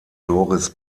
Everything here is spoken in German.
doris